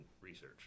research